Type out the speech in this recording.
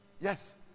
Yes